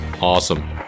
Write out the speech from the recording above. awesome